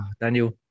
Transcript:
Daniel